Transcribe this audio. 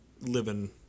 living